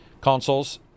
consoles